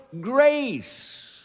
grace